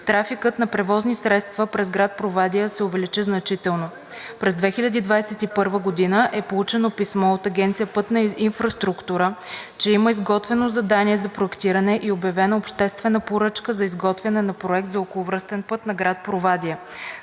трафикът на превозни средства през град Провадия се увеличи значително. През 2021 г. е получено писмо от Агенция „Пътна инфраструктура“, че има изготвено задание за проектиране и е обявена обществена поръчка за изготвяне на проект за околовръстен път на град Провадия.